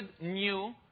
new